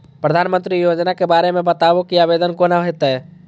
प्रधानमंत्री योजना के बारे मे बताबु की आवेदन कोना हेतै?